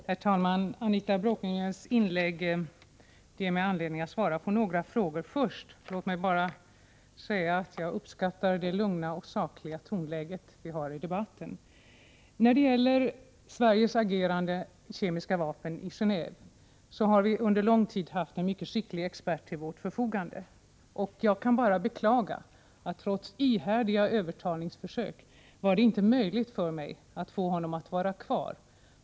Herr talman! Anita Bråkenhielms inlägg ger mig anledning att först svara på några frågor. Låt mig bara allra först säga att jag uppskattar det lugna och sakliga tonläge vi har i debatten. När det gäller Sveriges agerande i Genéve i fråga om kemiska vapen har vi under lång tid haft en mycket skicklig expert till vårt förfogande. Jag kan bara beklaga att det trots ihärdiga övertalningsförsök inte varit möjligt för mig att få honom att vara kvar.